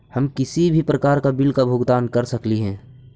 हम किसी भी प्रकार का बिल का भुगतान कर सकली हे?